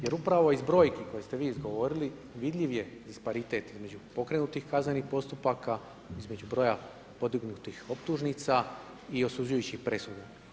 Jer upravo iz brojki koje ste vi izgovorili, vidljiv je disparitet između pokrenutih kaznenih postupaka, između broja podignutih optužnica i osuđujućih presuda.